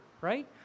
right